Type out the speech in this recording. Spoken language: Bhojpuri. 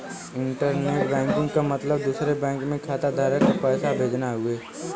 इण्टरनेट बैकिंग क मतलब दूसरे बैंक में खाताधारक क पैसा भेजना हउवे